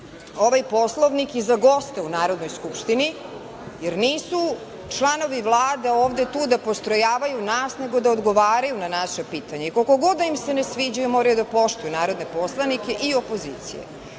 ovaj Poslovnik i za goste u Narodnoj skupštini, jer nisu članovi Vlade ovde tu da postrojavaju nas, nego da odgovaraju na naša pitanja. Koliko god da im se ne sviđaju, moraju da poštuju narodne poslanike i opozicije. Ja